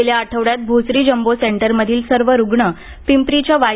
गेल्या आठवड्यात भोसरी जंबो सेंटरमधील सर्व रुग्ण पिंपरीच्या वाय